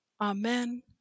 Amen